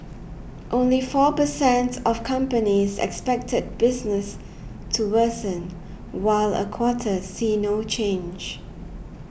only four per cent of companies expected business to worsen while a quarter see no change